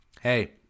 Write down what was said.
hey